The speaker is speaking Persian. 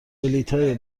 بلیطهای